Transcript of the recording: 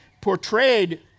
portrayed